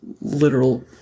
literal